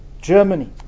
Germany